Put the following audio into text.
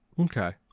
okay